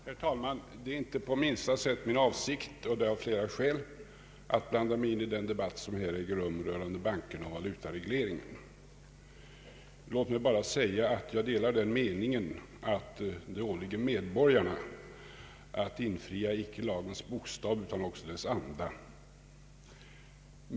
Herr talman! Det är inte på minsta sätt min avsikt — och det av flera skäl — att blanda mig i den debatt som här äger rum rörande bankerna och valutaregleringen. Låt mig bara säga att jag delar den meningen, att det åligger medborgarna att infria icke endast lagens bokstav utan även dess anda.